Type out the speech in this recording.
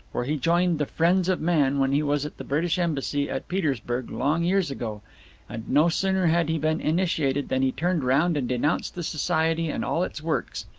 for he joined the friends of man when he was at the british embassy at petersburg long years ago and no sooner had he been initiated than he turned round and denounced the society and all its works.